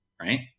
Right